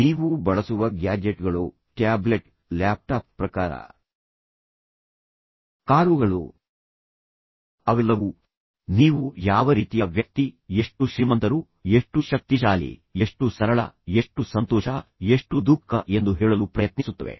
ನೀವು ಬಳಸುವ ಗ್ಯಾಜೆಟ್ಗಳು ಟ್ಯಾಬ್ಲೆಟ್ ಲ್ಯಾಪ್ಟಾಪ್ ಪ್ರಕಾರ ಕಾರುಗಳು ಅವೆಲ್ಲವೂ ನೀವು ಯಾವ ರೀತಿಯ ವ್ಯಕ್ತಿ ಎಷ್ಟು ಶ್ರೀಮಂತರು ಎಷ್ಟು ಶಕ್ತಿಶಾಲಿ ಎಷ್ಟು ಸರಳ ಎಷ್ಟು ಸಂತೋಷ ಎಷ್ಟು ದುಃಖ ಎಂದು ಹೇಳಲು ಪ್ರಯತ್ನಿಸುತ್ತವೆ